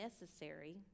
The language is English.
necessary